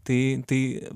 tai tai